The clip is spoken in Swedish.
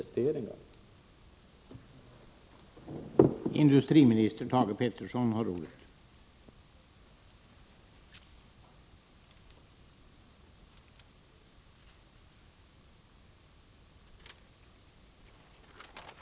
1985/86:103